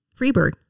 Freebird